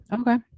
okay